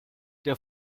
der